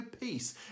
peace